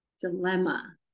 dilemma